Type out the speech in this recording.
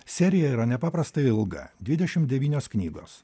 serija yra nepaprastai ilga dvidešim devynios knygos